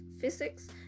physics